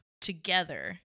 together